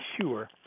sure